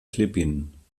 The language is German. philippinen